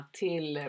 till